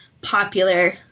popular